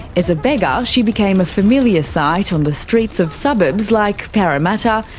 as a beggar, she became a familiar sight on the streets of suburbs like parramatta,